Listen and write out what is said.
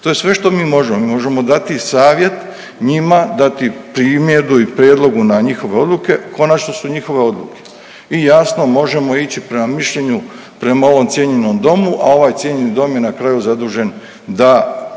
To je sve što mi možemo, mi možemo dati i savjet njima, dati primjedbu i prijedlog na njihove odluke, konačno su njihove odluke i jasno možemo ići prema mišljenju prema ovom cijenjenom domu, a ovaj cijenjeni dom je na kraju zadužen da